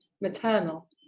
maternal